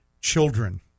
children